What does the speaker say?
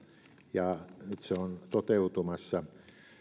ja nyt se on toteutumassa